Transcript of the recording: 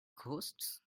ghosts